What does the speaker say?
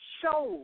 show